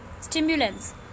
Stimulants